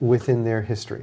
within their history